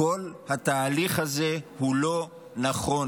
כל התהליך הזה הוא לא נכון.